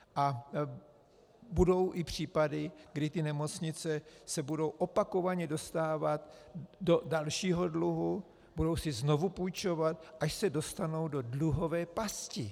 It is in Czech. A budou i případy, kdy se nemocnice budou opakovaně dostávat do dalšího dluhu, budou si znovu půjčovat, až se dostanou do dluhové pasti.